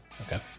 Okay